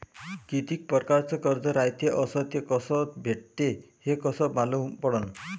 कितीक परकारचं कर्ज रायते अस ते कस भेटते, हे कस मालूम पडनं?